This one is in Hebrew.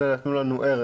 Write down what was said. אלה נתנו לנו ערך".